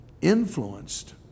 influenced